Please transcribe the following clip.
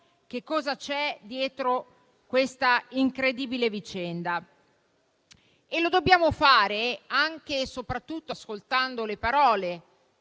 che cosa c'è dietro questa incredibile vicenda e lo dobbiamo fare anche e soprattutto ascoltando delle parole